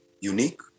unique